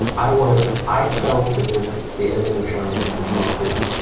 i wanted i felt as if the ending of shine had been mucked with,